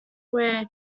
where